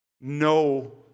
No